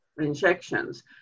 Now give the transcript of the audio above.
injections